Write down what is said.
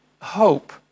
hope